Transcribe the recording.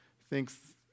thinks